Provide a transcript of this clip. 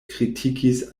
kritikis